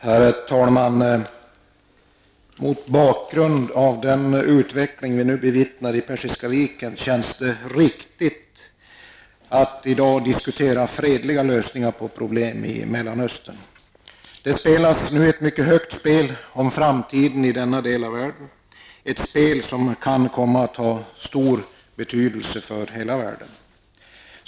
Herr talman! Mot bakgrund av den utveckling vi nu bevittnar i Persiska viken känns det riktigt att i dag diskutera fredliga lösningar på problemen i Det spelas nu ett mycket högt spel om framtiden i denna del av världen, ett spel som kan komma att ha stor betydelse för hela världen.